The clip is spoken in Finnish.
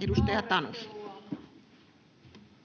Edustaja Tanus.